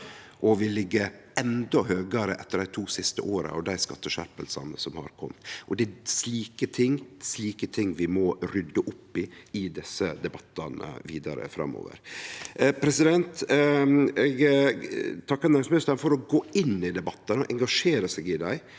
og vi ligg endå høgare etter dei to siste åra og dei skatteskjerpingane som har kome. Det er slike ting vi må rydde opp i i desse debattane vidare framover. Eg takkar næringsministeren for å gå inn i debattane og engasjere seg i dei,